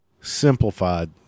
simplified